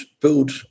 Build